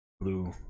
blue